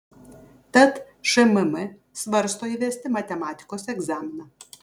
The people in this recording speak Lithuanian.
tad šmm svarsto įvesti matematikos egzaminą